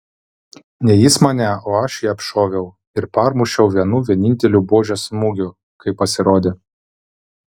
ne jis mane o aš jį apšoviau ir parmušiau vienu vieninteliu buožės smūgiu kai pasirodė